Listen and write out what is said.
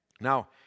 Now